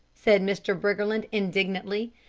said mr. briggerland indignantly.